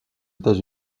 états